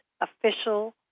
official